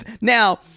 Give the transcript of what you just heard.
now